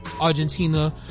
argentina